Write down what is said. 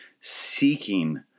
seeking